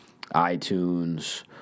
iTunes